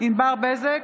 ענבר בזק,